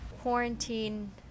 quarantine